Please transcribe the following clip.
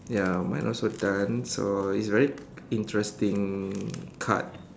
ya mine also done so it's very interesting card